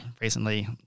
Recently